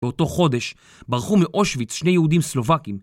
באותו חודש ברחו מאושוויץ שני יהודים סלובקים.